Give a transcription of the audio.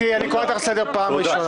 קטי, אני קורא אותך לסדר פעם ראשונה.